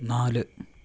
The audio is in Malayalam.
നാല്